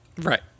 Right